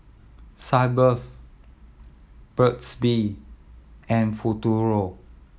Sitz Bath Burt's Bee and Futuro